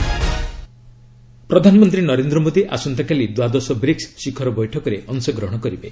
PM BRICS ପ୍ରଧାନମନ୍ତ୍ରୀ ନରେନ୍ଦ୍ର ମୋଦୀ ଆସନ୍ତାକାଲି ଦ୍ୱାଦଶ ବ୍ରିକ୍କ ଶିଖର ବୈଠକରେ ଅଂଶଗ୍ରହଣ କରିବେ